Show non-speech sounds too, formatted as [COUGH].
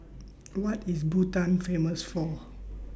[NOISE] What IS Bhutan Famous For